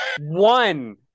one